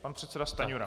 Pan předseda Stanjura.